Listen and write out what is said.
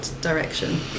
direction